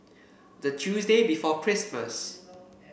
the Tuesday before Christmas